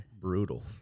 Brutal